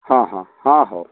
ହଁ ହଁ ହଁ ହଉ